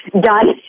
done